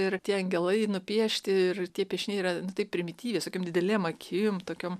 ir tie angelai nupiešti ir tie piešiniai yra nu taip primityviai su tokiom didelėm akim tokiom